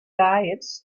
diets